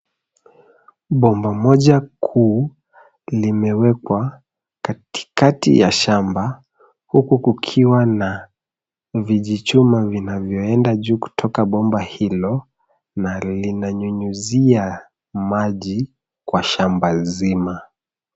Bomba moja kuu limewekwa katikati ya shamba huku kukiwa na vijichuma na vinavyoenda juu kutoka bomba na linanyunyuzia maji kwa shamba zima.